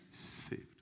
saved